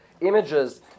images